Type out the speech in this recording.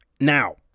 Now